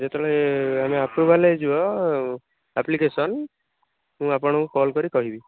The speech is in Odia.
ଯେତେବେଳେ ଆମେ ଆପ୍ରୁଭାଲ୍ ହେଇଯିବ ଆପ୍ଲିକେସନ୍ ମୁଁ ଆପଣଙ୍କୁ କଲ୍ କରି କହିବି